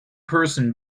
person